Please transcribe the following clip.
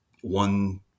one